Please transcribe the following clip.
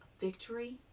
victory